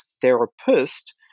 therapist